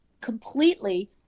completely